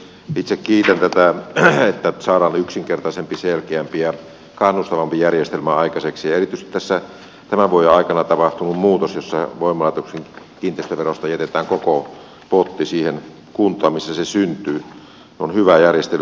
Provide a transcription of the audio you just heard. itse kiitän tätä että saadaan yksinkertaisempi selkeämpi ja kannustavampi järjestelmä aikaiseksi ja erityisesti tässä tämän vuoden aikana tapahtunut muutos jossa voimalaitoksien kiinteistöverosta jätetään koko potti siihen kuntaan missä se syntyy on hyvä järjestely